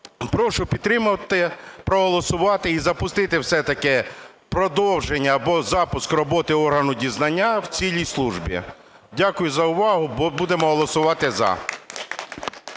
Прошу підтримати, проголосувати і запустити все-таки продовження або запуск роботи органу дізнання в цілій службі. Дякую за увагу. Будемо голосувати "за".